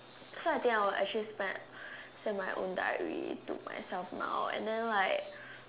so I think I will actually spend send my own diary to myself now and then like